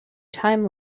time